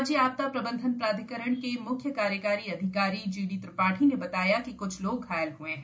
राज्या आपदा प्रबंधन प्राधिकरण के मुख्यि कार्यकारी अधिकारी जी डी त्रिपाठी ने बताया कि कुछ लोग घायल हुए हैं